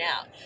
out